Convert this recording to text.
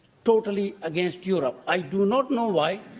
totally against europe. i do not know why,